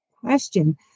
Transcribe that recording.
question